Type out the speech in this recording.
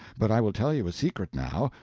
but i will tell you a secret now,